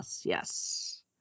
Yes